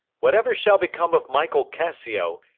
whatever shall become of michael cassio,